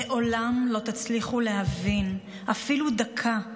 לעולם לא תצליחו להבין איך זה להיות שם אפילו דקה.